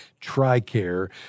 TRICARE